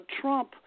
Trump